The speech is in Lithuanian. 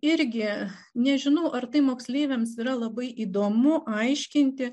irgi nežinau ar tai moksleiviams yra labai įdomu aiškinti